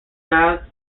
baths